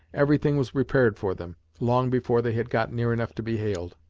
everything was prepared for them, long before they had got near enough to be hailed.